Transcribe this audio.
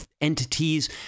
entities